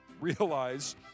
realize